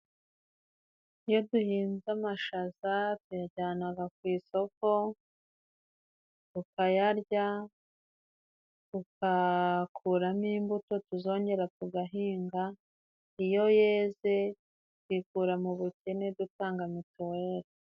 Iyo duhinze amashaza tuyajyanaga ku isoko, tukayarya, tukakuramo imbuto tuzongera tugahinga, iyo yeze twikura mu bukene dutanga mituweli.